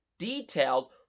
detailed